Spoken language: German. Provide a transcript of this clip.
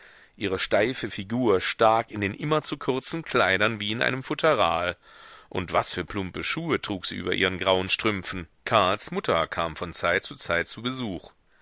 ihre steife figur stak in den immer zu kurzen kleidern wie in einem futteral und was für plumpe schuhe trug sie über ihren grauen strümpfen karls mutter kam von zeit zu zeit zu besuch